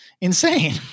insane